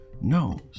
No